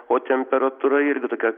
o temperatūra irgi tokia